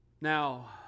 Now